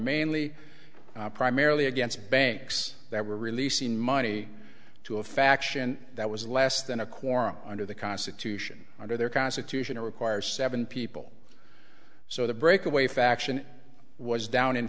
mainly primarily against banks that were releasing money to a faction that was less than a quorum under the constitution under their constitution to require seven people so the breakaway faction was down in